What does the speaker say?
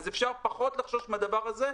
ואפשר פחות לחשוש מהדבר הזה.